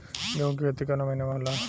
गेहूँ के खेती कवना महीना में होला?